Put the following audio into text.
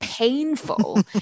painful